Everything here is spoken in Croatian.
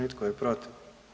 I tko je protiv?